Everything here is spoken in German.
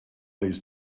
ist